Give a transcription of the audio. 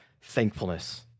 thankfulness